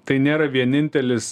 tai nėra vienintelis